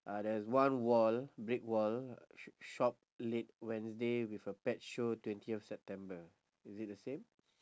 uh there's one wall brick wall sh~ shop late wednesday with a pet show twentieth september is it the same